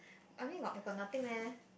I think I got nothing leh